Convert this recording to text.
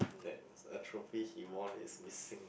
the a trophy he won is missing